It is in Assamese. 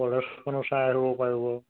কলেজখনো চাই আহিব পাৰিব